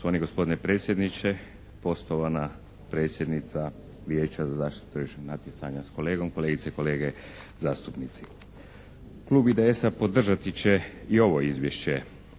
Poštovani gospodine predsjedniče, poštovana predsjednica Vijeća za zaštitu tržišnog natjecanja s kolegom, kolegice i kolege zastupnici. Klub IDS-a podržati će i ovo izvješće,